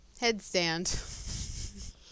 headstand